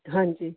ਹਾਂਜੀ